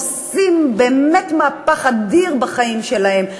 עושים באמת מהפך אדיר בחיים שלהם,